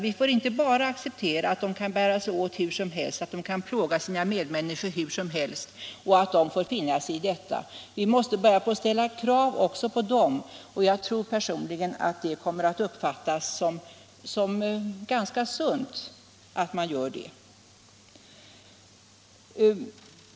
Vi får inte bara acceptera att de bär sig åt hur som helst och plågar sina medmänniskor, som får finna sig i detta. Vi måste börja ställa krav också på dem, och jag tror personligen att det kommer att uppfattas som ganska sunt.